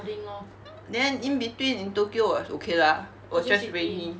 then in between in tokyo was okay lah was just rainy